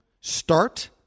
start